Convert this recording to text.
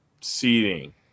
Seating